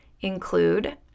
include